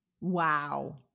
Wow